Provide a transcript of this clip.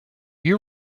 you